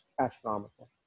astronomical